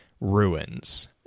ruins